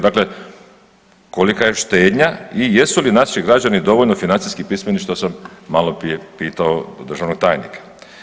Dakle, kolika je štednja i jesu li naši građani dovoljno financijski pismeni, što sam maloprije pitao državnog tajnika.